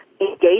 engage